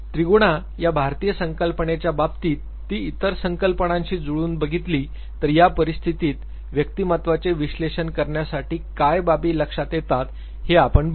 त्रिगुणा या भारतीय संकल्पनेच्या बाबतीत ती इतर संकल्पनांशी जुळवून बघितली तर या परिस्थितीत व्यक्तिमत्त्वाचे विश्लेषण करण्यासाठी काय बाबी लक्षात येतात हे आपण बघू